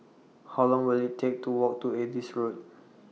How Long Will IT Take to Walk to Adis Road